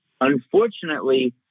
Unfortunately